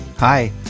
Hi